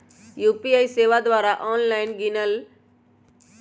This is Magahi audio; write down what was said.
यू.पी.आई सेवा द्वारा ऑनलाइन कीनल जा सकइ छइ